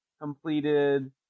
completed